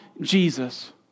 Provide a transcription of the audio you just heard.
Jesus